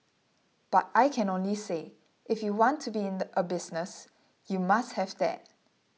but I can only say if you want to be in a business you must have that